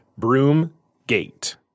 Broomgate